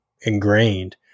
ingrained